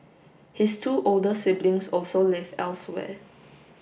his two older siblings also live elsewhere